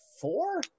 four